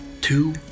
two